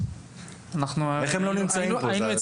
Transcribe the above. איך הם לא נמצאים פה?